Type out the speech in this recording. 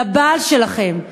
לבעל שלכן,